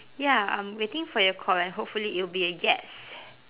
ya I'm waiting for your call and hopefully it will be a yes